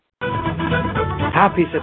Happy